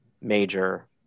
major